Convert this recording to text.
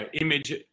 image